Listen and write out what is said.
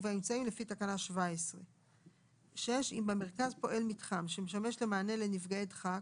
ובאמצעים לפי תקנה 17. (6)אם במרכז פועל מתחם שמשמש למענה לנפגעי דחק